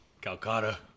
Calcutta